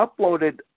uploaded